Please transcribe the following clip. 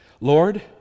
Lord